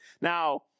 Now